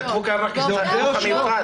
כתבו כאן רק את החינוך המיוחד.